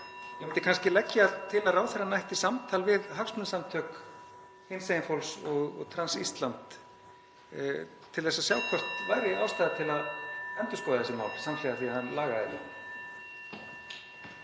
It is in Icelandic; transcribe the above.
Ég vildi kannski leggja til að ráðherrann ætti samtal við hagsmunasamtök hinsegin fólks og Trans Ísland til að sjá hvort ástæða væri til að endurskoða þessi mál samhliða því að hann lagaði þau.